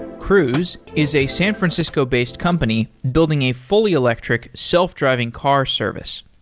cruise is a san francisco based company building a fully electric, self-driving car service.